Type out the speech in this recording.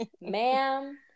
ma'am